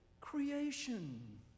creation